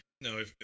No